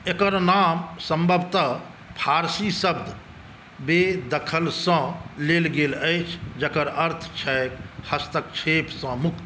एकर नाम संभवतः फारसी शब्द बेदखलसँ लेल गेल अछि जकर अर्थ छैक हस्तक्षेपसँ मुक्त